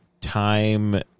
time